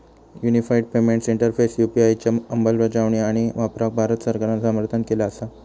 unified payments interface UPI च्या अंमलबजावणी आणि वापराक भारत सरकारान समर्थन केला असा